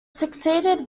succeeded